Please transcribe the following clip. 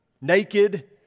Naked